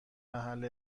محل